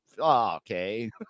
okay